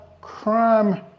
crime